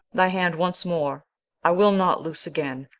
thy hand once more i will not loose again,